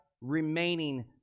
remaining